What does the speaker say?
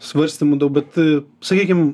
svarstymų daug bet sakykim